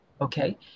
okay